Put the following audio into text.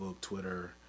Twitter